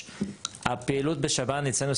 הפעילות בשב"ן אצלנו,